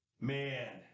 Man